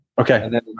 Okay